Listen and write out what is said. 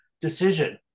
decision